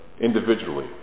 individually